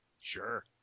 Sure